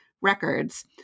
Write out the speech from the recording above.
records